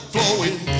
Flowing